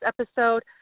episode